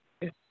Yes